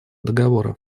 договора